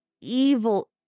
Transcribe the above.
evil